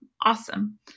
Awesome